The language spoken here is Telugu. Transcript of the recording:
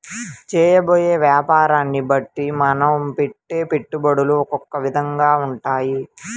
చేయబోయే యాపారాన్ని బట్టే మనం పెట్టే పెట్టుబడులు ఒకొక్క విధంగా ఉంటాయి